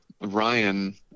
ryan